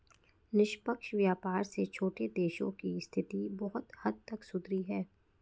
निष्पक्ष व्यापार से छोटे देशों की स्थिति बहुत हद तक सुधरी है